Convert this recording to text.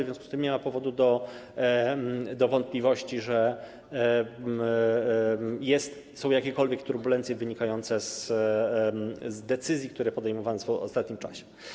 W związku z tym nie ma powodu do wątpliwości, że są jakiekolwiek turbulencje wynikające z decyzji, które są podejmowane w ostatnim czasie.